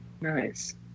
nice